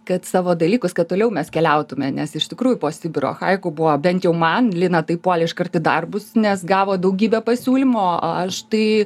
kad savo dalykus kad toliau mes keliautume nes iš tikrųjų po sibiro haiku buvo bent jau man lina tai puolė iškart į darbus nes gavo daugybę pasiūlymų o aš tai